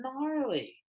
gnarly